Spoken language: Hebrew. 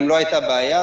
אם לא הייתה בעיה,